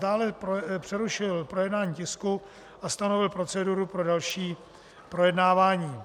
Dále přerušil projednání tisku a stanovil proceduru pro další projednávání.